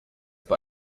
bei